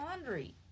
laundry